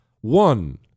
one